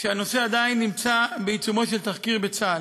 הנושא עדיין נמצא בעיצומו של תחקיר בצה"ל.